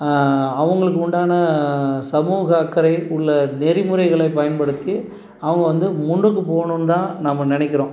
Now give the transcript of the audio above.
அவங்களுக்கு உண்டான சமூக அக்கறை உள்ள நெறிமுறைகள பயன்படுத்தி அவங்க வந்து முன்னுக்கு போகணுன்னுதான் நம்ம நினைக்கிறோம்